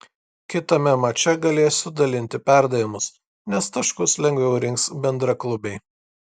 kitame mače galėsiu dalinti perdavimus nes taškus lengviau rinks bendraklubiai